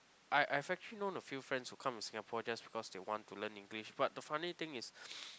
I I've actually known a few friends who come to Singapore just because they want to learn English but the funny thing is